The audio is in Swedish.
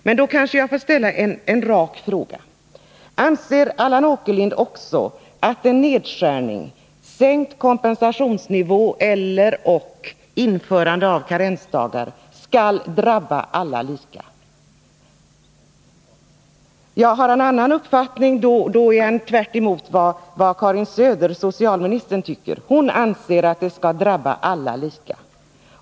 Men låt mig få ställa en rak fråga: Anser också Allan Åkerlind att en nedskärning — sänkt kompensationsnivå och/eller införande av karensdagar — skall drabba alla lika? Har Allan Åkerlind någon annan uppfattning, då går han tvärtemot vad socialminister Karin Söder tycker. Hon anser att nedskärningen skall drabba alla lika.